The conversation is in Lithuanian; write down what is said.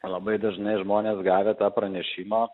labai dažnai žmonės gavę tą pranešimą